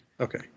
Okay